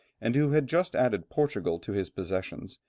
and who had just added portugal to his possessions,